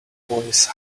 voice